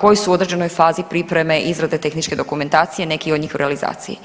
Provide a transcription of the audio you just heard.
koji su u određenoj fazi pripreme i izrade tehničke dokumentacije, neki od njih u realizaciji.